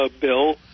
bill